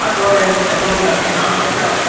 હા તો એમાં નામ બતાવો